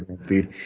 feed